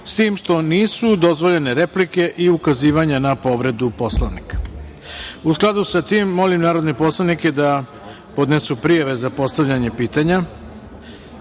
s tim što nisu dozvoljene replike i ukazivanja na povredu Poslovnika.U skladu sa tim molim narodne poslanike da podnesu prijave za postavljanje pitanja. Kao